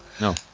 No